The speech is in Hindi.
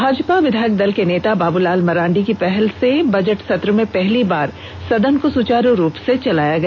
भाजपा विधायक दल के नेता बाबूलाल मरांडी की पहल से बजट सत्र में पहली बार सदन को सुचारू रूप से चलाया गया